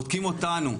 בודקים אותנו,